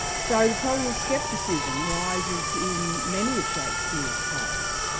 so the problem of scepticism rises in many of shakespeare's plays.